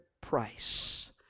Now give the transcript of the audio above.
price